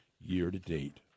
year-to-date